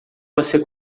você